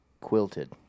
Quilted